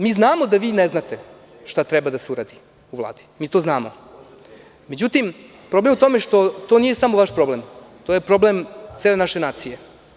Mi znamo da vi ne znate šta treba da se uradi u Vladi, mi to znamo, međutim, problem je u tome što to nije samo vaš problem, to je problem cele naše nacije.